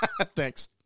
Thanks